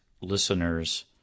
listeners